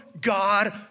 God